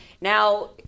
Now